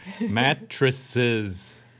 mattresses